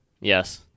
Yes